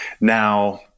now